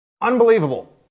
Unbelievable